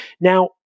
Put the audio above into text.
Now